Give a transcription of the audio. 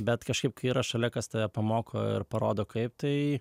bet kažkaip yra šalia kas tave pamoko ir parodo kaip tai